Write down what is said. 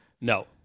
no